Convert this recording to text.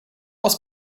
aus